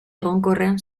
egonkorrean